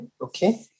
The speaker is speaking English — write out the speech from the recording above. Okay